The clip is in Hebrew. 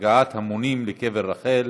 הגעת המונים לקבר רחל